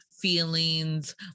feelings